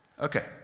Okay